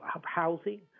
housing